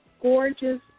gorgeous